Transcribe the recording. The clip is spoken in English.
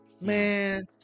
Man